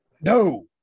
No